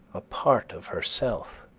a part of herself.